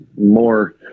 more